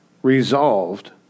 Resolved